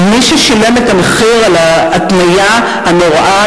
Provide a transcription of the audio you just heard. ומי ששילם את המחיר על ההתניה הנוראה